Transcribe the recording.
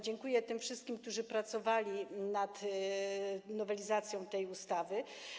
Dziękuję wszystkim, którzy pracowali nad nowelizacją tej ustawy.